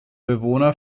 bewohner